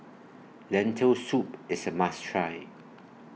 Lentil Soup IS A must Try